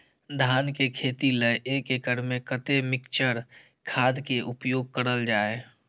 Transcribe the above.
धान के खेती लय एक एकड़ में कते मिक्चर खाद के उपयोग करल जाय?